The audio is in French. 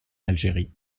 algérie